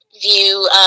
view